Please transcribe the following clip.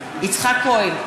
בעד יצחק כהן,